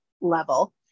level